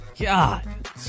God